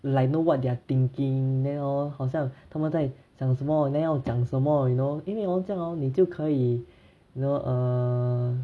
like know what they're thinking then hor 好像他们在想什么 then 要讲什么 you know 因为 hor 这样 hor 你就可以 you know err